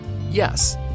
Yes